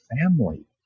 family